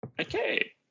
okay